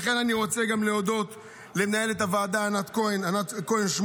לכן אני רוצה גם להודות למנהלת הוועדה ענת כהן שמואל,